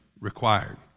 required